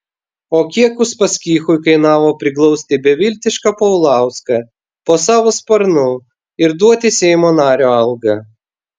o kiek uspaskichui kainavo priglausti beviltišką paulauską po savo sparnu ir duoti seimo nario algą